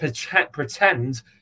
pretend